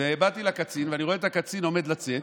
באתי לקצין ואני רואה שהקצין עומד לצאת.